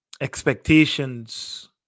Expectations